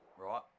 right